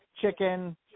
chicken